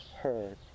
heard